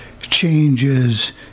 changes